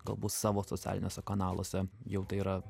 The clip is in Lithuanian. galbūt savo socialiniuose kanaluose jau tai yra